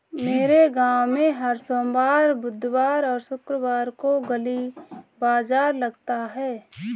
मेरे गांव में हर सोमवार बुधवार और शुक्रवार को गली बाजार लगता है